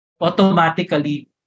automatically